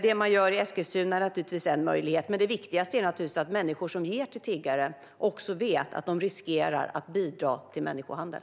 Det man gör i Eskilstuna är en möjlighet, men det viktigaste är att människor som ger till tiggare vet att de riskerar att bidra till människohandel.